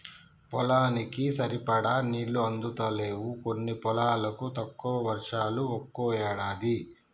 పొలానికి సరిపడా నీళ్లు అందుతలేవు కొన్ని పొలాలకు, తక్కువ వర్షాలు ఒక్కో ఏడాది